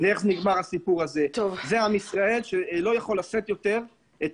זה עם ישראל שלא יכול לשאת יותר את